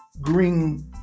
green